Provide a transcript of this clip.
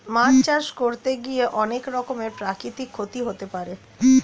মাছ চাষ করতে গিয়ে অনেক রকমের প্রাকৃতিক ক্ষতি হতে পারে